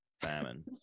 famine